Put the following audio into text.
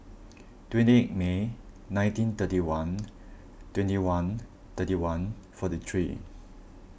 twenty eight May nineteen thirty one twenty one thirty one forty three